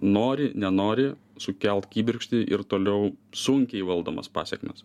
nori nenori sukelt kibirkštį ir toliau sunkiai valdomas pasekmes